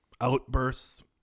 outbursts